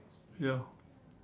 ya